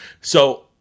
So-